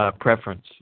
preference